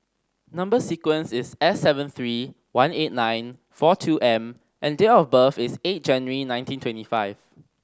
number sequence is S seven three one eight nine four two M and date of birth is eight January nineteen twenty five